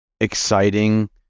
exciting